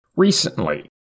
Recently